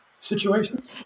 situation